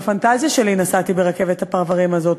בפנטזיה שלי נסעתי ברכבת הפרברים הזאת,